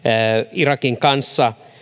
irakin kanssa